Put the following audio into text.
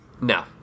No